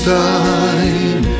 time